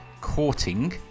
Courting